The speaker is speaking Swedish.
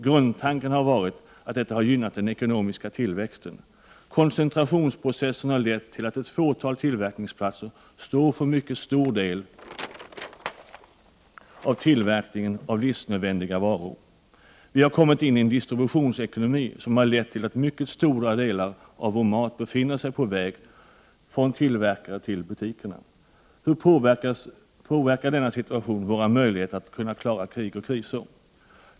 Grundtanken har varit att detta har gynnat den ekonomiska tillväxten. Koncentrationsprocessen har lett till att ett fåtal tillverkningsplatser står för en mycket stor del av tillverkningen av livsnödvändiga varor. Vi har kommit in i en distributionsekonomi som har lett till att mycket stora delar av vår mat befinner sig på väg från tillverkare till butikerna. Hur påverkar denna situation våra möjligheter att kunna klara krig och kriser?